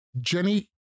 Jenny